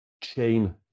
chain